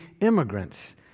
immigrants